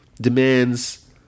demands